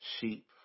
sheep